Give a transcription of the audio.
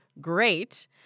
Great